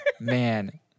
man